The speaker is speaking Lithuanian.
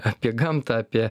apie gamtą apie